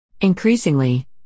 Increasingly